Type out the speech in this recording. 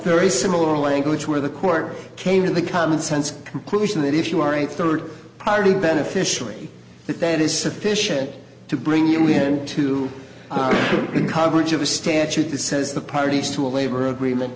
very similar language where the court came to the commonsense conclusion that if you are a third party beneficiary that that is sufficient to bring you in to the coverage of a statute that says the parties to a labor agreement